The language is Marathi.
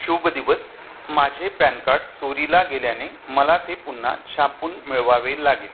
शुभ दिवस माझे पॅन कार्ड चोरीला गेल्याने मला ते पुन्हा छापून मिळवावे लागेल